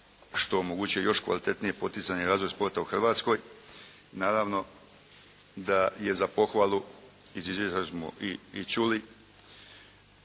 što omogućuje još kvalitetnije poticanje i razvoj sporta u Hrvatskoj. Naravno da je za pohvalu iz izvješća smo i čuli